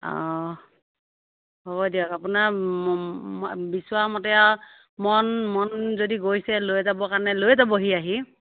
অ হ'ব দিয়ক আপোনাৰ বিচৰামতে আৰু মন মন যদি গৈছে লৈ যাব কাৰণে লৈ যাবহি আহি